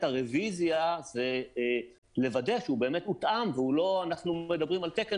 הרוויזיה זה לוודא שהוא באמת מותאם ואנחנו לא מדברים על תקן